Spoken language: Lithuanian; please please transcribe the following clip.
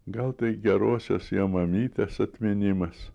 gal tai gerosios jo mamytės atminimas